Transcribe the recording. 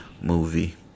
movie